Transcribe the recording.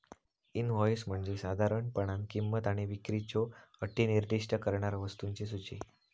invoice म्हणजे साधारणपणान किंमत आणि विक्रीच्यो अटी निर्दिष्ट करणारा वस्तूंची सूची